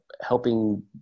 helping